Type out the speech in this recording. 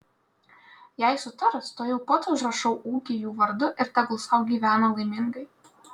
jei sutars tuojau pat užrašau ūkį jų vardu ir tegul sau gyvena laimingai